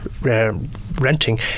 renting